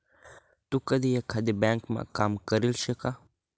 तू कधी एकाधी ब्यांकमा काम करेल शे का?